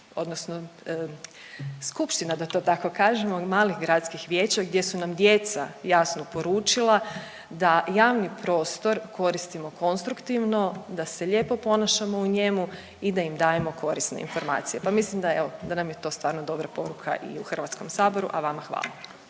odnosno skupština, da to kažem, od malih gradskih vijeća gdje su nam djeca jasno poručila da javni prostor koristimo konstruktivno, da se lijepo ponašamo u njemu i da im dajemo korisne informacije, pa mislim da je evo, da nam je to stvarno dobra poruka i u HS-u, a vama hvala.